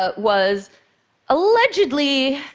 but was allegedly